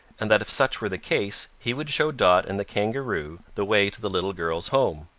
and that if such were the case he would show dot and the kangaroo the way to the little girl's home.